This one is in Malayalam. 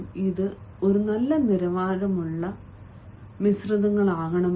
ഇത് നല്ല നിലവാരമുള്ള മിശ്രിതങ്ങളാകട്ടെ